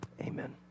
Amen